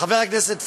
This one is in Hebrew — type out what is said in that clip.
חבר הכנסת פורר,